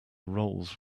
roles